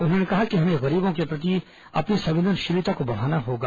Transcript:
उन्होंने कहा कि हमें गरीबों के प्रति अपनी संवेदनशीलता को बढ़ाना होगा